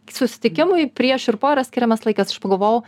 susitikimui prieš ir po yra skiriamas laikas aš pagalvojau